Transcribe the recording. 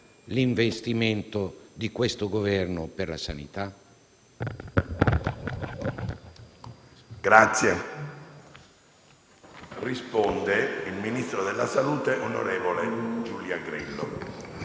l'investimento di questo Governo per la sanità?